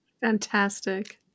Fantastic